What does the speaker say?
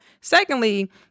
secondly